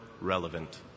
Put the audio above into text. relevant